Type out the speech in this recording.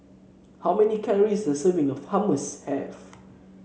how many calories does a serving of Hummus have